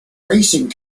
racing